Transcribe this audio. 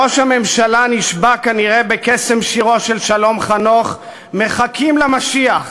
ראש הממשלה נשבה כנראה בקסם שירו של שלום חנוך "מחכים למשיח"